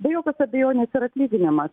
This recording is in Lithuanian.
be jokios abejonės ir atlyginimas